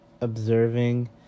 observing